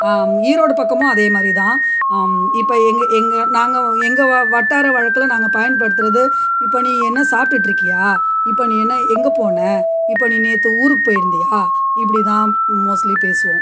ஈரோடு பக்கமும் அதேமாதிரிதான் இப்போது எங்க எங்க நாங்க இங்க வட்டார வழக்குகெல்லாம் நாங்கள் பயன்படுத்துகிறது இப்போ நீ என்ன சாப்பிடுட்டு இருக்கியா இப்போ நீ என்ன எங்கள் போனால் இப்போ நீ நேத்து ஊருக்கு போயிருந்தியா இப்படிதான் மோஸ்லி பேசுவோம்